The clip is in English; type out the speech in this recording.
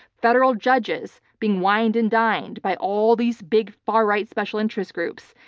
federal judges being wined and dined by all these big far right special interest groups.